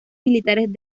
militares